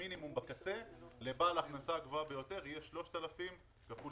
כמובן שאם מישהו מדווח דיווח שהוא דיווח לא נכון